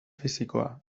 fisikoa